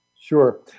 Sure